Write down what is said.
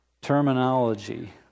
terminology